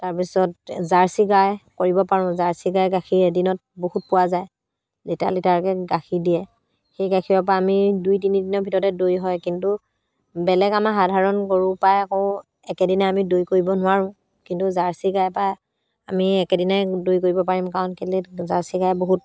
তাৰপিছত জাৰ্চি গাই কৰিব পাৰোঁ জাৰ্চি গাই গাখীৰ এদিনত বহুত পোৱা যায় লিটাৰ লিটাৰকে গাখীৰ দিয়ে সেই গাখীৰৰ পৰা আমি দুই তিনিদিনৰ ভিতৰতে দৈ হয় কিন্তু বেলেগ আমাৰ সাধাৰণ গৰুৰ পৰাই আকৌ একেদিনা আমি দৈ কৰিব নোৱাৰোঁ কিন্তু জাৰ্চি গাই পা আমি একেদিনাই দৈ কৰিব পাৰিম কাৰণ কেলে জাৰ্চি গাই বহুত